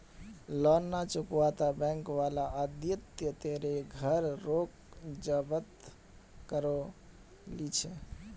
loan ना चुकावाता bank वाला आदित्य तेरे घर रोक जब्त करो ली छे